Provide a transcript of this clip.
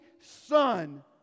son